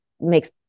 makes